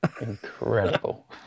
Incredible